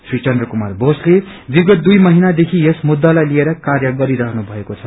श्री चन्द्र कुमार बोसले विगत दुइ महिनादेखि यस मुद्दालाइ लिएर कार्य गरिरहनु भएको छ